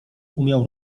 umiał